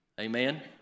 Amen